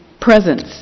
presence